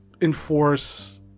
enforce